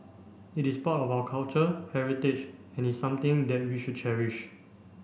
it is part of our culture heritage and is something that we should cherish